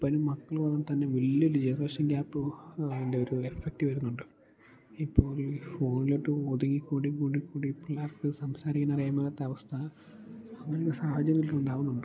അപ്പനും മക്കളും ആണെങ്കിൽ തന്നെ വലിയൊരു ജനറേഷൻ ഗ്യാപ്പ് അതിൻ്റെയൊരു എഫക്റ്റ് വരുന്നുണ്ട് ഇപ്പോൾ ഈ ഫോണിലോട്ട് ഒതുങ്ങിക്കൂടി കൂടിക്കൂടി ഇപ്പോഴുള്ളവർക്ക് സംസാരിക്കാൻ അറിയാൻ പാടില്ലാത്ത അവസ്ഥ അങ്ങനെയൊക്കെ സാഹചര്യങ്ങളൊക്കെ ഉണ്ടാകുന്നുണ്ട്